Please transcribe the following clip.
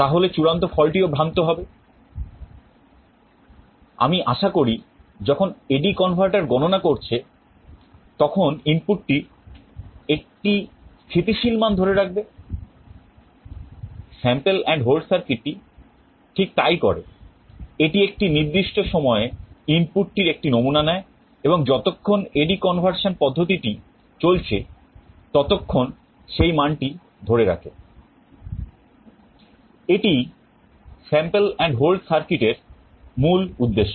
Sample and hold circuit টি ঠিক তাই করে এটি একটি নির্দিষ্ট সময়ে ইনপুট টির একটি নমুনা নেয় এবং যতক্ষণ AD conversion পদ্ধতিটি চলছে ততক্ষণ সেই মানটি ধরে রাখে এটিই sample and hold circuit এর মূল উদ্দেশ্য